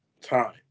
time